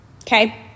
Okay